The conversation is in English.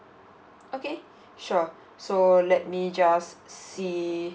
okay sure so let me just see